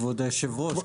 כבוד היושב-ראש,